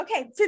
Okay